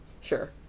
Sure